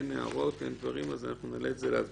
אין הערות, אין דברים, אז נעלה את זה להצבעה.